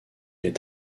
est